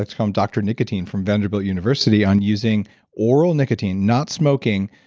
let's call him dr nicotine from vanderbilt university on using oral nicotine, not smoking,